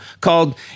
called